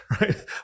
right